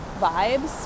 vibes